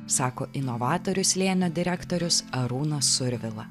sako inovatorius slėnio direktorius arūnas survila